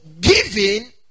giving